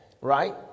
right